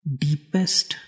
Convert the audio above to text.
deepest